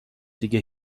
دیگه